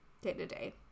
day-to-day